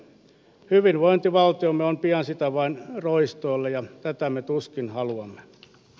hyvinvointivaltiomme on pian sitä vain roistoille ja tätä me tuskin haluamme ne